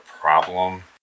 problem